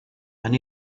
and